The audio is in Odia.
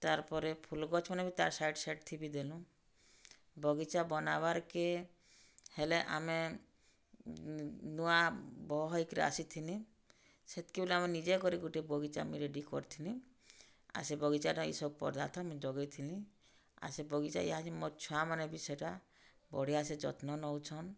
ତା'ର୍ପରେ ଫୁଲ୍ ଗଛ୍ମାନେ ବି ତା'ର୍ ସାଇଡ଼୍ ସାଇଡ଼୍ ଥି ବି ଦେଲୁଁ ବଗିଚା ବନାବାର୍'କେ ହେଲେ ଆମେ ନୂଆ ବହ ହେଇକିରି ଆସିଥିଲି ସେତ୍କି ବେଲି ମୁଇଁ ନିଜେ କରି ଗୁଟେ ବଗିଚା ମୁଇଁ ରେଡ଼ି କରିଥିଲି ଆର୍ ସେ ବଗିଚାରେ ଇ'ସବୁ ପଦାର୍ଥ ମୁଇଁ ଜଗେଇଥିଲି ଆର୍ ସେ ବଗିଚା ଇହାଦେ ମୋର୍ ଛୁଆମାନେ ବି ସେଟା ବଢ଼ିଆ ସେ ଯତ୍ନ ନେଉଛନ୍